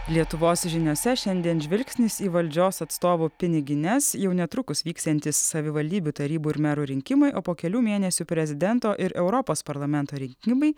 lietuvos žiniose šiandien žvilgsnis į valdžios atstovų pinigines jau netrukus vyksiantys savivaldybių tarybų ir merų rinkimai o po kelių mėnesių prezidento ir europos parlamento rinkimai